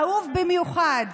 אהוב במיוחד,